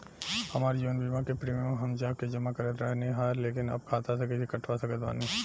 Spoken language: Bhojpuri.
हमार जीवन बीमा के प्रीमीयम हम जा के जमा करत रहनी ह लेकिन अब खाता से कइसे कटवा सकत बानी?